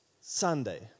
Sunday